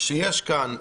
שיש כאן,